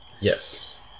Yes